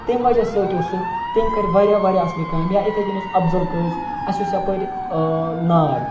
تمہِ وجہ سۭتۍ اوس سُہ تمہِ کَرِ واریاہ واریاہ اَصلہِ کامہِ یا اِتھَے کَنۍ اوس افضل قٲضۍ اَسہِ اوس یَپٲرۍ ناگ